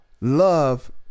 Love